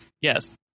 yes